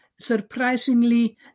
Surprisingly